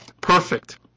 perfect